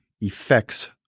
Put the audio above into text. effects